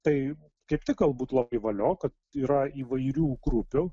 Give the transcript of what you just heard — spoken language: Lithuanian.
tai kaip tik galbūt labai valio kad yra įvairių grupių